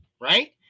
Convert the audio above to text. right